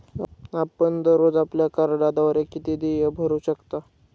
आपण दररोज आपल्या कार्डद्वारे किती देय भरू शकता?